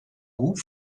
goût